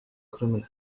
criminals